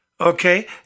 okay